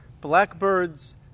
blackbirds